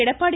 Edappadi